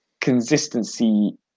consistency